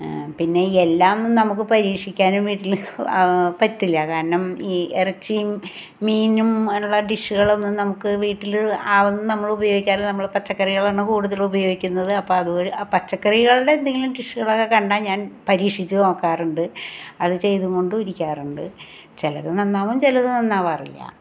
പിന്നെ എല്ലാം ഒന്നും നമുക്ക് പരീക്ഷിക്കാനും വീട്ടിൽ പറ്റില്ല കാരണം ഈ ഇറച്ചിയും മീനും അങ്ങനെയുള്ള ഡിഷ്കളൊന്നും നമുക്ക് വീട്ടിൽ അതൊന്നും നമ്മൾ ഉപയോഗിക്കാറില്ല നമ്മൾ പച്ചക്കറികളാണ് കൂടുതൽ ഉപയോഗിക്കുന്നത് അപ്പോൾ അത് പച്ചക്കറികളുടെ എന്തെങ്കിലും ഡിഷുകളൊക്കെ കണ്ടാൽ ഞാൻ പരീക്ഷിച്ച് നോക്കാറുണ്ട് അത് ചെയ്തും കൊണ്ടു ഇരിക്കാറുണ്ട് ചിലത് നന്നാവും ചിലത് നന്നാവാറില്ല